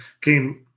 came